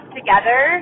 together